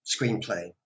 screenplay